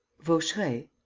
vaucheray?